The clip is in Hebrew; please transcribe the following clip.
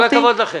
כל הכבוד לכם.